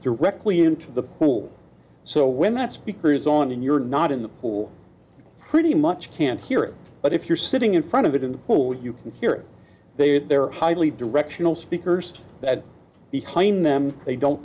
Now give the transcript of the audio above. directly into the hole so when the speakers on and you're not in the pool pretty much can't hear it but if you're sitting in front of it in the pool you can hear it there are highly directional speakers that behind them they don't